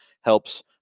Helps